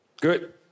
Good